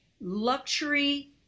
luxury